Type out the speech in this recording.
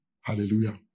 Hallelujah